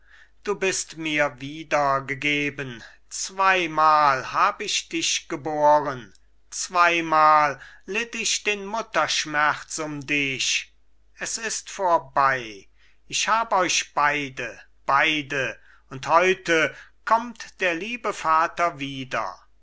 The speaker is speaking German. du bist mir wieder gegeben zweimal hab ich dich geboren zweimal litt ich den mutterschmerz um dich es ist vorbei ich hab euch beide beide und heute kommt der liebe vater wieder